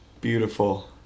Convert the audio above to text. Beautiful